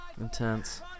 Intense